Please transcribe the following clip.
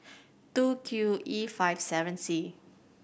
two Q E five seven C